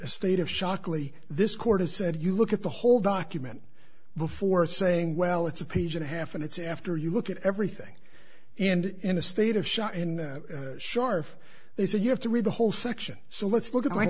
a state of shock early this court has said you look at the whole document before saying well it's a page and a half and it's after you look at everything and in a state of shock and scharf they say you have to read the whole section so let's look at